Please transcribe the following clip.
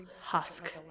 husk